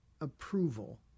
approval